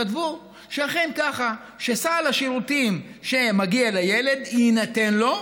כתבו שאכן ככה: סל השירותים שמגיע לילד יינתן לו,